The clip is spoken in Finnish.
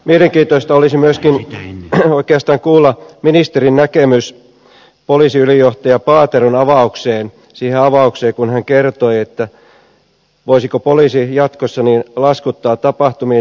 mielenkiintoista olisi myöskin oikeastaan kuulla ministerin näkemys siihen poliisiylijohtaja paateron avaukseen kun hän kertoi voisiko poliisi jatkossa laskuttaa tapahtumien järjestyksenvalvonnasta